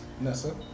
Nessa